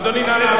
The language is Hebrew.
אדוני השר,